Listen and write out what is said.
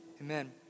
amen